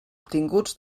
obtinguts